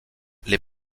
les